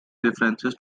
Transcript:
references